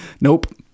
Nope